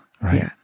Right